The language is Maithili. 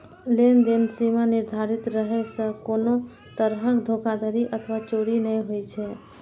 लेनदेन सीमा निर्धारित रहै सं कोनो तरहक धोखाधड़ी अथवा चोरी नै होइ छै